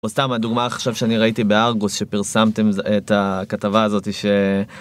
סתם הדוגמא עכשיו שאני ראיתי בארגוס שפרסמתם את הכתבה הזאתי ש.